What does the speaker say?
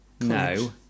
No